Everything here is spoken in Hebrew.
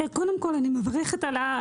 קודם כול אני מברכת על זה,